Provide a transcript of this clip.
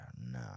no